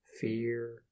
fear